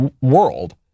world